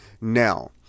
Now